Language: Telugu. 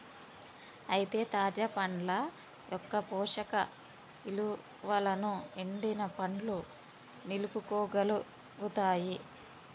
అయితే తాజా పండ్ల యొక్క పోషక ఇలువలను ఎండిన పండ్లు నిలుపుకోగలుగుతాయి